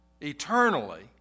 eternally